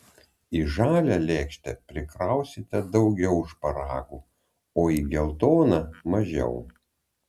į žalią lėkštę prikrausite daugiau šparagų o į geltoną mažiau